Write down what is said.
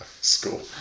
School